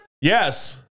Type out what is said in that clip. Yes